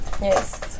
Yes